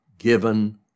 given